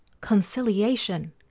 conciliation